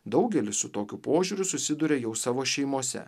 daugelis su tokiu požiūriu susiduria jau savo šeimose